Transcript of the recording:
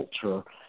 culture